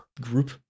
group